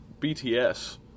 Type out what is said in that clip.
BTS